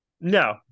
No